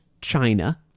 china